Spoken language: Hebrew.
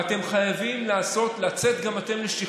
ואתם חייבים לצאת, גם אתם, לשחרור.